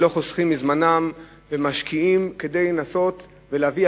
שלא חוסכים מזמנם ומשקיעים כדי לנסות ולהביא,